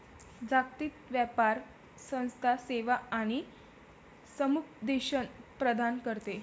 जागतिक व्यापार संस्था सेवा आणि समुपदेशन प्रदान करते